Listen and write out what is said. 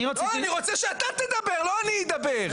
לא, אני רוצה שאתה תדבר, לא אני אדבר.